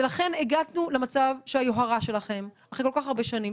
לכן הגענו למצב שהיוהרה שלכם אחרי כל כך הרבה שנים,